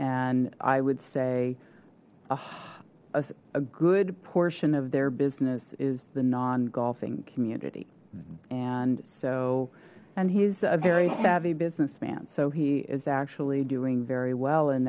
and i would say a good portion of their business is the non golfing community and so and he's a very savvy businessman so he is actually doing very well in